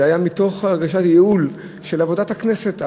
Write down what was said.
זה היה מתוך הרגשת הצורך בייעול של עבודת הכנסת,